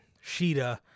Sheeta